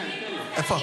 איפה?